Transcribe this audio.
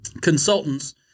consultants-